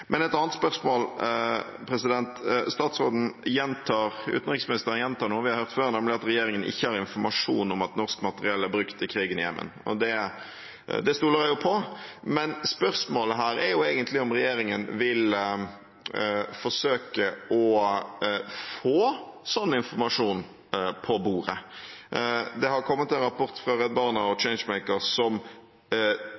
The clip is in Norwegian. et annet spørsmål. Utenriksministeren gjentar noe vi har hørt før, nemlig at regjeringen ikke har informasjon om at norsk materiell er brukt i krigen i Jemen. Det stoler jeg på, men spørsmålet her er egentlig om regjeringen vil forsøke å få slik informasjon på bordet. Det har kommet en rapport fra Redd Barna og